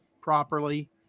properly